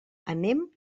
anem